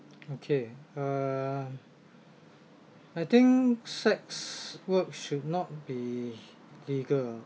okay uh I think sex work should not be legal